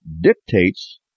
dictates